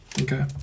Okay